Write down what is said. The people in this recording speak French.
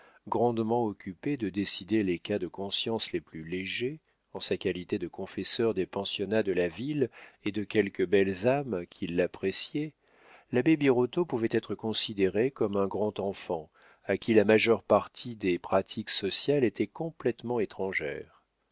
grandement occupé de décider les cas de conscience les plus légers en sa qualité de confesseur des pensionnats de la ville et de quelques belles âmes qui l'appréciaient l'abbé birotteau pouvait être considéré comme un grand enfant à qui la majeure partie des pratiques sociales était complétement étrangère